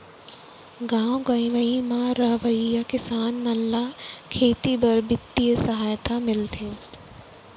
गॉव गँवई म रहवइया किसान मन ल खेती बर बित्तीय सहायता मिलथे